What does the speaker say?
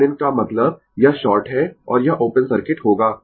तो RThevenin का मतलब यह शॉर्ट है और यह ओपन सर्किट होगा